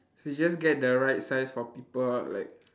should just get the right size for people like